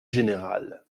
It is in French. général